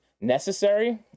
necessary